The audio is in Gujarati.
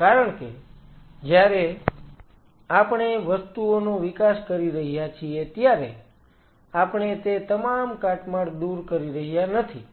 કારણ કે જ્યારે આપણે વસ્તુઓનો વિકાસ કરી રહ્યા છીએ ત્યારે આપણે તે તમામ કાટમાળ દૂર કરી રહ્યા નથી